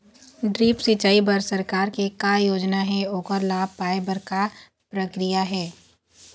Drip सिचाई बर सरकार के का योजना हे ओकर लाभ पाय बर का प्रक्रिया हे?